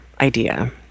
idea